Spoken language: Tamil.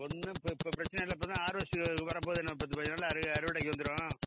ஒன்றும் இப்போ இப்போ பிரச்சனை இல்லை இப்போதான் ஆர்ஓசி வரப்போகுது இன்னும் பத்து பதினைஞ்சு நாளில் அறுவடைக்கு வந்துடும்